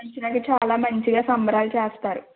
మంచిదండి చాలా మంచిగా సంబరాలు చేస్తారు